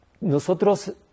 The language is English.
Nosotros